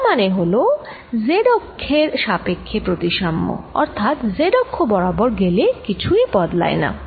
যার মানে হল z অক্ষের সাপেক্ষে প্রতিসাম্য অর্থাৎ z অক্ষ বরাবর গেলে কিছু বদলায় না